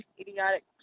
idiotic